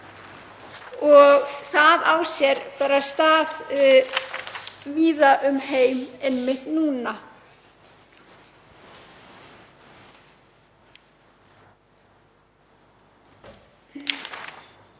og það á sér stað víða um heim einmitt núna.